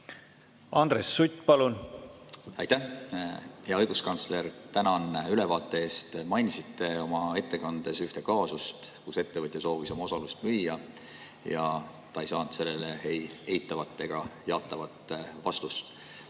ei tekiks? Aitäh! Hea õiguskantsler, tänan ülevaate eest! Mainisite oma ettekandes ühte kaasust, kus ettevõtja soovis oma osalust müüa ja ta ei saanud sellele ei eitavat ega jaatavat vastust.